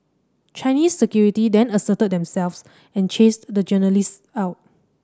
Chinese security then asserted themselves and chased the journalists out